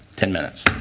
ten minutes.